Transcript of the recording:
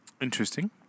Interesting